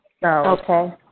Okay